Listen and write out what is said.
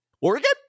Oregon